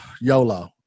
YOLO